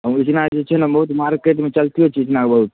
रोजीना एगो छै ने बहुत मार्केट मे चलते छै जेना रहु